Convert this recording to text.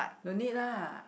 no need lah